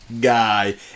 guy